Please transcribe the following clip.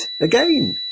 again